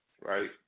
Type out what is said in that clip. right